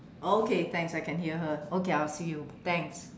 okay thanks I can hear her okay I'll see you thanks